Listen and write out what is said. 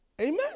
Amen